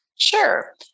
Sure